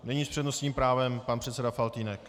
Nyní s přednostním právem pan předseda Faltýnek.